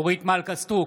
סטרוק,